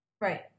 Right